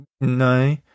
No